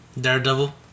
Daredevil